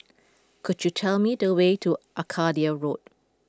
could you tell me the way to Arcadia Road